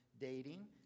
dating